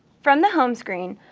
from the home screen,